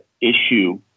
issue